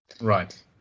Right